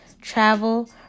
travel